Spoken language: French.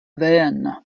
veynes